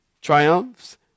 triumphs